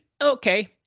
okay